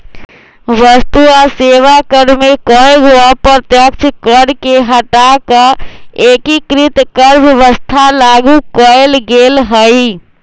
वस्तु आ सेवा कर में कयगो अप्रत्यक्ष कर के हटा कऽ एकीकृत कर व्यवस्था लागू कयल गेल हई